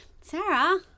Sarah